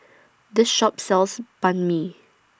This Shop sells Banh MI